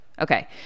Okay